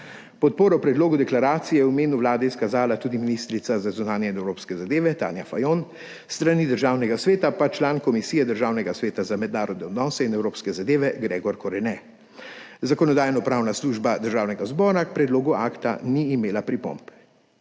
Podporo predlogu deklaracije je v imenu Vlade izkazala tudi ministrica za zunanje in evropske zadeve Tanja Fajon, s strani Državnega sveta pa član Komisije Državnega sveta za mednarodne odnose in evropske zadeve Gregor Korene. Zakonodajno-pravna služba Državnega zbora k predlogu akta ni imela pripomb.